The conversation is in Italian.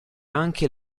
anche